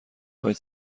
خواید